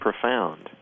profound